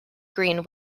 green